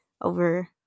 over